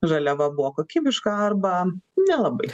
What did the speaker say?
žaliava buvo kokybiška arba nelabai